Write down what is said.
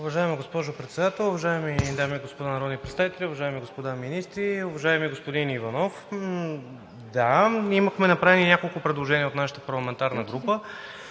Уважаема госпожо Председател, уважаеми дами и господа народни представители, уважаеми господа министри! Уважаеми господин Иванов, да, имахме направени няколко предложения от нашата парламентарна група.